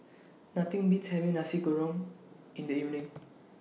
Nothing Beats having Nasi Kuning in The evening